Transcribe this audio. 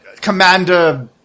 Commander